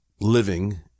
living